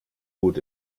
gut